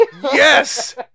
Yes